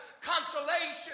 consolation